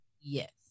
Yes